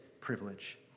privilege